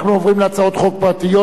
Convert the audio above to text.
אנחנו עוברים להצעות חוק פרטיות.